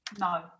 no